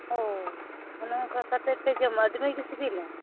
ᱚᱻ ᱚᱱᱮ ᱚᱱᱠᱟ ᱠᱟᱛᱮ ᱯᱮ ᱡᱚᱢᱟ ᱟᱹᱰᱤ ᱢᱚᱡᱽ ᱜᱮ ᱥᱤᱵᱤᱞᱟ